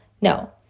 No